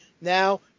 now